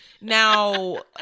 Now